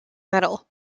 medal